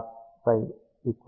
So